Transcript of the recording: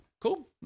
Cool